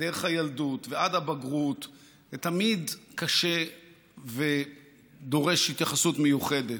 דרך הילדות ועד הבגרות זה תמיד קשה ודורש התייחסות מיוחדת,